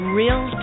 real